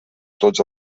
tots